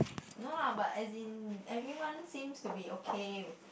no lah but as in everyone seems to be okay with